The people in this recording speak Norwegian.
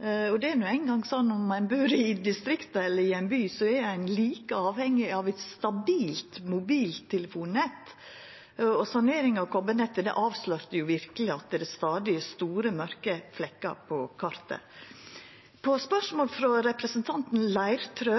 Det er no ein gong sånn at om ein bur i distriktet eller i ein by, så er ein like avhengig av eit stabilt mobiltelefonnett. Saneringa av koparnettet avslørte verkeleg at det stadig er store mørke flekkar på kartet. På spørsmål frå representanten Leirtrø